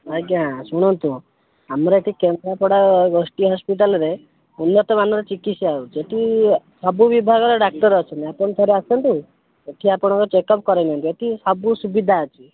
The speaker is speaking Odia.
ଆଜ୍ଞା ଶୁଣନ୍ତୁ ଆମର ଏଠି କେନ୍ଦ୍ରାପଡ଼ା ବସ୍ତିଆ ହସ୍ପିଟାଲରେ ଉନ୍ନତମାନର ଚିକିତ୍ସା ହେଉଛି ଏଠି ସବୁ ବିଭାଗର ଡାକ୍ତର ଅଛନ୍ତି ଆପଣ ଥରେ ଆସନ୍ତୁ ଦେଖିବା ଆପଣଙ୍କର ଚେକଅପ କରେଇ ନିଅନ୍ତୁ ଏଠି ସବୁ ସୁବିଧା ଅଛି